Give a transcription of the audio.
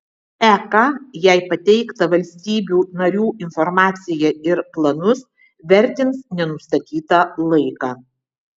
ek jai pateiktą valstybių narių informaciją ir planus vertins nenustatytą laiką